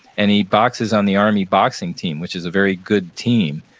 and he boxes on the army boxing team, which is a very good team.